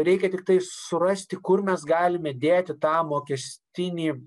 reikia tiktai surasti kur mes galime dėti tą mokestinį